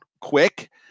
quick